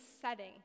setting